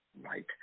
Right